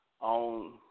on